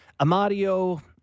Amadio